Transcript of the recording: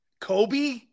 Kobe